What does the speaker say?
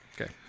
Okay